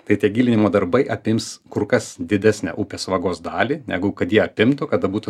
tai tie gilinimo darbai apims kur kas didesnę upės vagos dalį negu kad jie apimtų kada būtų